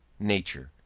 nature,